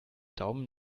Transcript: daumen